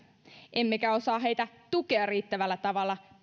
emmekä osaa heitä tukea riittävällä tavalla